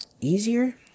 easier